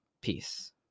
peace